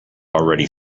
already